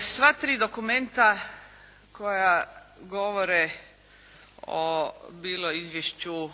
Sva tri dokumenta koja govore o bilo izvješću